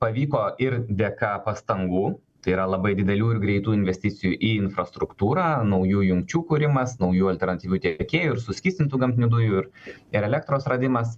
pavyko ir dėka pastangų tai yra labai didelių ir greitų investicijų į infrastruktūrą naujų jungčių kūrimas naujų alternatyvių tiekėjų ir suskystintų gamtinių dujų ir ir elektros radimas